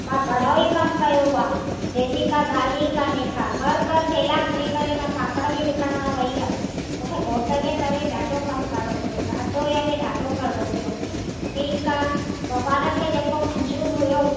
मां घणो ई कम कयो आहे जंहिंजी का ॻाल्हि ई कोन्हे का घरु घरु थैला खणी करे मां पापाड़ बि विकिणणु वई हुअमि मूंखे घोट जे करे ॾाढो कमु करिणो पियो ॾाढो यानि ॾाढो करिणो पियो ठीकु आहे भॻिवान खे जेको मंज़ूरु हुओ